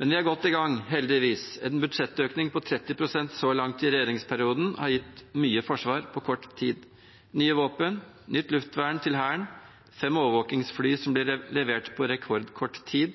Men vi er godt i gang, heldigvis. En budsjettøkning på 30 pst. så langt i regjeringsperioden har gitt mye forsvar på kort tid. Nye våpen, nytt luftvern til Hæren, fem overvåkingsfly som blir levert på rekordkort tid,